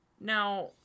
Now